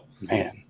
Man